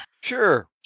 Sure